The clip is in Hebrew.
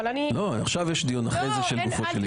לא, עכשיו יש דיון, אחרי זה לגופו של עניין.